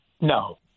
No